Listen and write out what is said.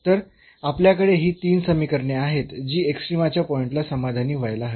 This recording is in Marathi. तर आपल्याकडे ही तीन समीकरणे आहेत जी एक्स्ट्रीमाच्या पॉईंटला समाधानी व्हायला हवीत